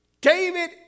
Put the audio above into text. David